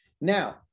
Now